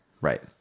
right